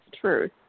truth